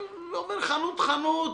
עובר חנות חנות,